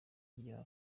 ryabo